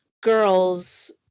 girls